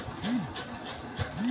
हामी अट्टनता घोंघा आइज तक नी दखिल छि